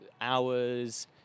hours